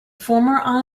former